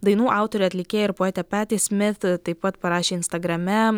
dainų autorė atlikėja ir poetė peti smit taip pat parašė instagrame